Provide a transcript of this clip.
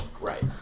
right